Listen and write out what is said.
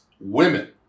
Women